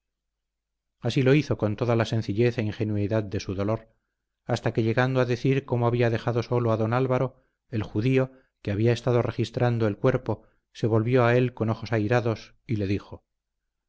así lo hizo con toda la sencillez e ingenuidad de su dolor hasta que llegando a decir como había dejado sólo a don álvaro el judío que había estado registrando el cuerpo se volvió a él con ojos airados s le dijo